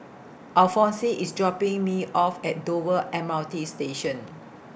Alfonse IS dropping Me off At Dover M R T Station